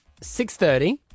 6.30